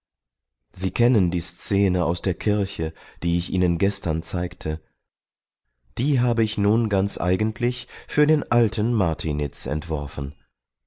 sie kennen die szene aus der kirche die ich ihnen gestern zeigte die habe ich nun ganz eigentlich für den alten martiniz entworfen